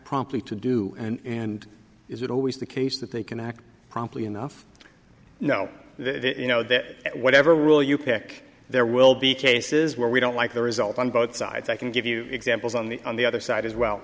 promptly to do and is it always the case that they can act promptly enough no you know that whatever rule you pick there will be cases where we don't like the result on both sides i can give you examples on the on the other side as well